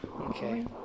Okay